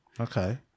Okay